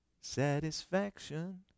satisfaction